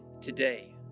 today